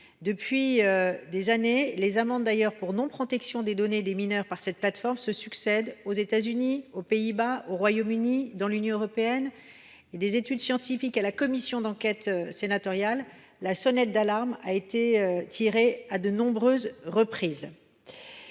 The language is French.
depuis des années, les amendes pour non protection des données des mineurs par cette plateforme se succèdent aux États Unis, aux Pays Bas, au Royaume Uni, dans l’Union européenne. Des études scientifiques à la commission d’enquête sénatoriale, la sonnette d’alarme a été tirée à de nombreuses reprises.